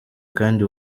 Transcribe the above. kandi